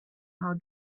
how